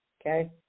Okay